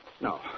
No